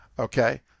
Okay